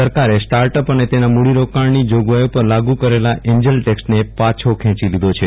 સરકારે સ્ટાર્ટઅપ અને તેના મૂડીરોકાણની જોગવાઈઓ પર લાગુ કરેલા એન્જલ ટેક્ષને પાછો ખેંચી લીધો છે